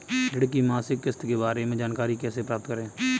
ऋण की मासिक किस्त के बारे में जानकारी कैसे प्राप्त करें?